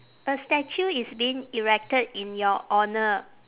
a statue is being erected in your honour